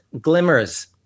glimmers